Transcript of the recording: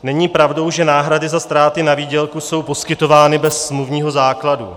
Není pravdou, že náhrady za ztráty na výdělku jsou poskytovány bez smluvního základu.